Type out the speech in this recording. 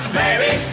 baby